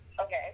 Okay